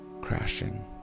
Crashing